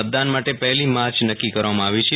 મતદાન માટે પહેલી માર્ચ નક્કી કરવામાં આવી છે